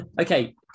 Okay